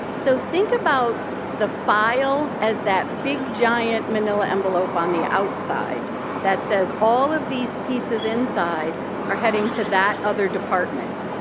so think about the file as that big giant manila envelope on the outside that says all of these pieces inside are heading to that other department.